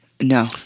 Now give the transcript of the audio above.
No